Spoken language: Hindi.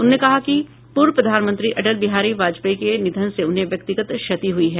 उन्होंने कहा है कि पूर्व प्रधानमंत्री अटल बिहारी वाजपेयी के निधन से उन्हें व्यक्तिगत क्षति हुई है